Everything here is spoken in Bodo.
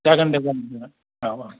जागोन दे जागोन औ